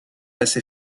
assez